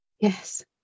Yes